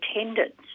attendance